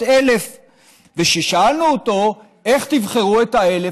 1,000. וכששאלנו אותו: איך תבחרו את ה-1,000?